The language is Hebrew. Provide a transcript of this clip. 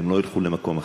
הם לא ילכו למקום אחר.